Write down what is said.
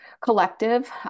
collective